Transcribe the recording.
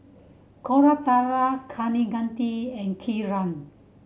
Koratala Kaneganti and Kiran